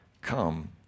come